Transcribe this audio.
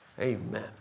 amen